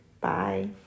bye